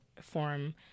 form